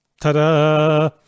Ta-da